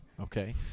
okay